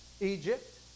Egypt